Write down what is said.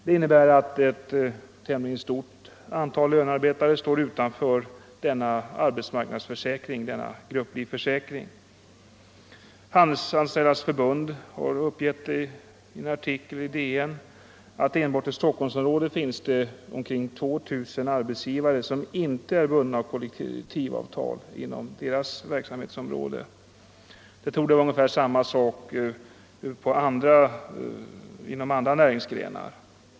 Det innebär att ett tämligen stort antal lönearbetare står utanför denna arbetsmarknadsförsäkring, denna grupplivförsäkring. Handelsanställdas förbund uppger enligt en artikel i Dagens Nyheter att det enbart i Stockholmsområdet finns omkring 2 000 arbetsgivare som inte är bundna av kollektivavtal inom förbundets verksamhetsområde. Förhållandet torde vara ungefär detsamma inom andra näringsgrenar.